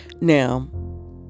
now